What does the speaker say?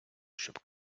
щоб